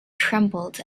trembled